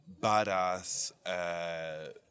badass